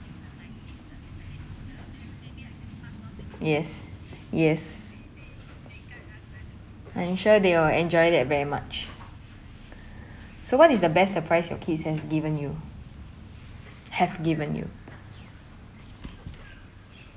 yes yes I'm sure they will enjoy that very much so what is the best surprise your kids has given you have given you